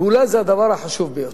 ואולי זה הדבר החשוב ביותר.